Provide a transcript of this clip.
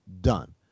done